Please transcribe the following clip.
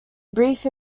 brief